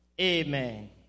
Amen